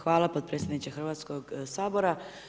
Hvala potpredsjedniče Hrvatskog sabora.